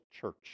church